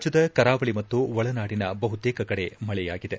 ರಾಜ್ಯದ ಕರಾವಳಿ ಮತ್ತು ಒಳನಾಡಿನ ಬಹುತೇಕ ಕಡೆ ಮಳೆಯಾಗಿದೆ